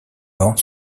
ans